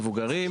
מבוגרים,